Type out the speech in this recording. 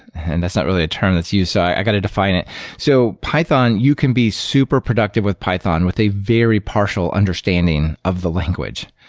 and that's not really a term that's used. so i got to define it so python, you can be super productive with python with a very partial understanding of the language.